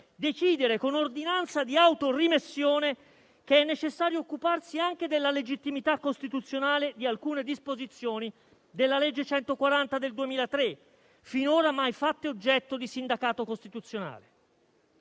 decidere, con ordinanza di autorimessione, che è necessario occuparsi anche della legittimità costituzionale di alcune disposizioni della legge n. 140 del 2003, finora mai fatte oggetto di sindacato costituzionale;